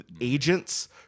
agents